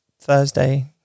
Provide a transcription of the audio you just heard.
Thursday